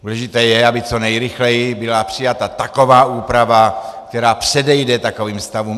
Důležité je, aby co nejrychleji byla přijata taková úprava, která předejde takovým stavům.